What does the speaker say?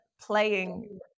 playing